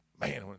Man